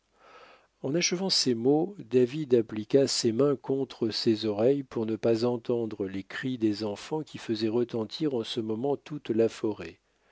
en achevant ces mots david appliqua ses mains contre ses oreilles pour ne pas entendre les cris des enfants qui faisaient retentir en ce moment toute la forêt